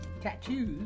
tattoos